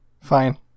Fine